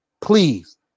please